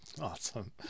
awesome